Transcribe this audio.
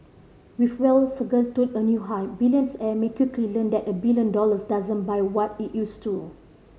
with wealth to a new high may quickly learn that a billion dollars doesn't buy what it used to